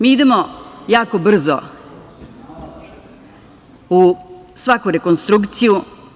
Mi idemo jako brzo u svaku rekonstrukciju.